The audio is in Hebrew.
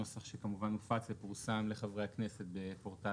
נוסח שכמובן הופץ ופורסם לחברי הכנסת בפורטל